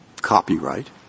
copyright